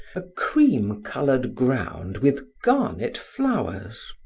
a cream colored ground with garnet flowers.